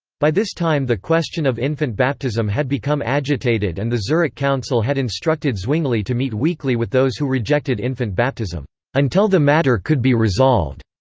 by this time the question of infant baptism had become agitated and the zurich council had instructed zwingli to meet weekly with those who rejected infant baptism until the matter could be resolved.